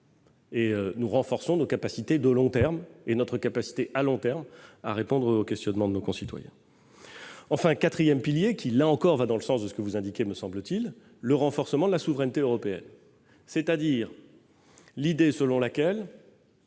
et nous renforçons nos capacités de long terme et notre capacité, à long terme, à répondre aux questionnements de nos concitoyens. Enfin, le quatrième pilier va, là encore, dans le sens de ce que vous indiquez, me semble-t-il, à savoir le renforcement de la souveraineté européenne. En effet, cette crise sanitaire